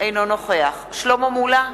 אינו נוכח שלמה מולה,